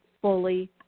fully